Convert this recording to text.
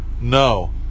No